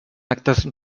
actes